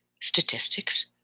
statistics